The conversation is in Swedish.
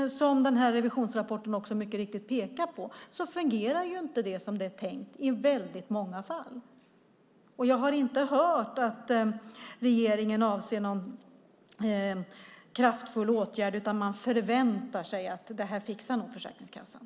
Som revisionsrapporten mycket riktigt också pekar på fungerar det ju inte som det är tänkt i väldigt många fall. Och jag har inte hört att regeringen avser att vidta någon kraftfull åtgärd, utan man förväntar sig att det här fixar nog Försäkringskassan.